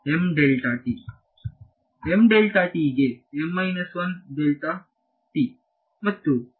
ವಿದ್ಯಾರ್ಥಿ M delta t